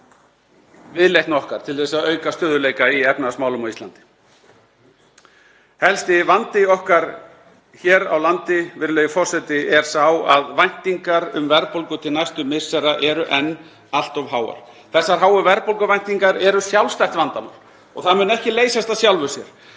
viðleitni okkar til að auka stöðugleika í efnahagsmálum á Íslandi. Helsti vandi okkar hér á landi, virðulegi forseti, er sá að væntingar um verðbólgu til næstu missera eru enn allt of háar. Þessar háu verðbólguvæntingar eru sjálfstætt vandamál og það mun ekki leysast af sjálfu sér.